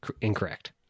Incorrect